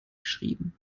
geschrieben